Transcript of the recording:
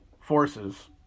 forces